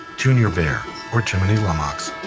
junyer bear or jiminy lummox